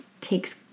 takes